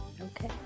Okay